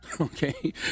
okay